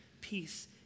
peace